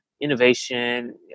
innovation